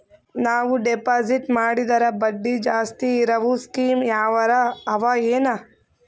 ನಾವು ಡೆಪಾಜಿಟ್ ಮಾಡಿದರ ಬಡ್ಡಿ ಜಾಸ್ತಿ ಇರವು ಸ್ಕೀಮ ಯಾವಾರ ಅವ ಏನ?